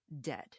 dead